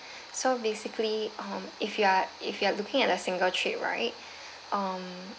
so basically um if you are if you are looking at the single trip right um